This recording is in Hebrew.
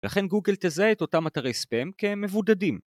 ‫לכן גוגל תזהה את אותם אתרי ספאם כמבודדים.